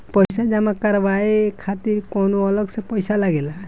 पईसा जमा करवाये खातिर कौनो अलग से पईसा लगेला?